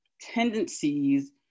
tendencies